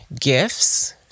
gifts